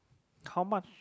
how much